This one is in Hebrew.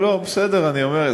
בסדר, אני אומר.